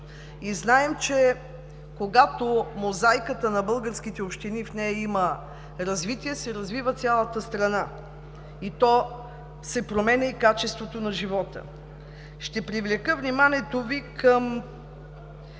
Знаем, че когато в мозайката на българските общини има развитие, се развива цялата страна и то променя и качеството на живота. Ще привлека вниманието Ви към